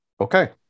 Okay